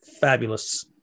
fabulous